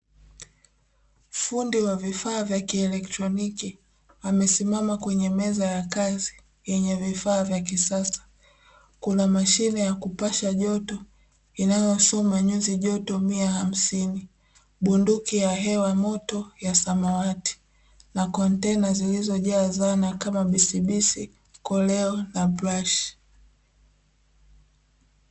Fundi wa vifaa vya kielektroniki amesimama kwenye meza ya kazi yenye vifaa vya kisasa. Kuna mashine ya kupasha joto inayosoma nyuzi joto mia hamsini, bunduki ya hewa moto ya samawati na kontena zilizojaa dhana kama; bisibisi, koleo na brashi.